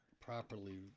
properly